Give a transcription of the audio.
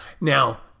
Now